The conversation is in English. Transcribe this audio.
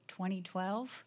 2012